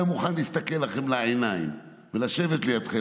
מוכן להסתכל לכם בעיניים ולשבת לידכם,